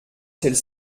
celle